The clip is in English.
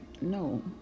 no